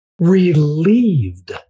relieved